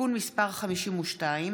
(תיקון מס' 52,